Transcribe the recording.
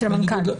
של המנכ"ל.